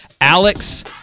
Alex